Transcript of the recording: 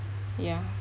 ya